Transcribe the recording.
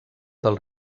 del